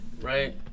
right